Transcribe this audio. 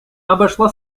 обошла